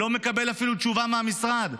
ואפילו לא מקבל תשובה מהמשרד?